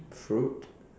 fruit